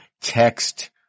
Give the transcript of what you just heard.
text